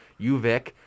UVic